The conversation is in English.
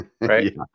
right